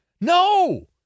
No